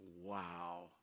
wow